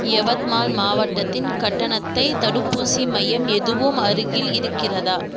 யவத்மால் மாவட்டத்தின் கட்டணத்தை தடுப்பூசி மையம் எதுவும் அருகில் இருக்கிறதா